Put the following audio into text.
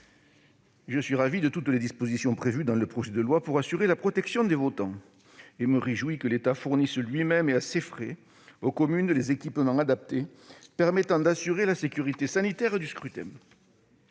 Je suis ravi de toutes les dispositions prévues dans le projet de loi pour assurer la protection des votants, et je me réjouis que l'État fournisse lui-même aux communes, à ses frais, les équipements adaptés permettant d'assurer la sécurité sanitaire du scrutin.